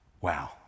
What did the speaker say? Wow